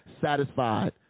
satisfied